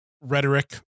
rhetoric